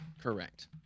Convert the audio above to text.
Correct